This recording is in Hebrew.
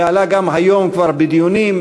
ועלה גם היום כבר בדיונים,